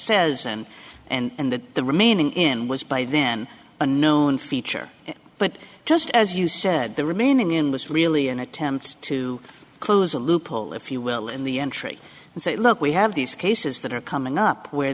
says and and that the remaining in was by then a known feature but just as you said the remaining in was really an attempt to close a loophole if you will in the entry and say look we have these cases that are coming up w